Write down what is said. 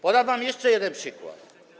Podam wam jeszcze jeden przykład.